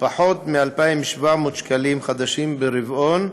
פחת מ־2,700 שקלים חדשים ברבעון,